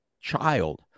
child